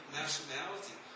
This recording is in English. nationality